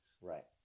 right